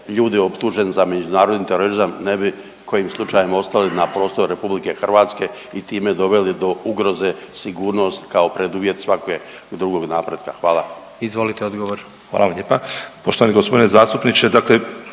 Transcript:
ljudi optužen za međunarodni terorizam ne bi kojim slučajem ostali na prostoru RH i time doveli do ugroze sigurnost kao preduvjet svake drugog napretka. Hvala. **Jandroković, Gordan